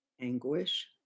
anguish